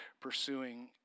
pursuing